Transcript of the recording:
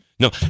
No